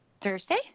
thursday